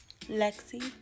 Lexi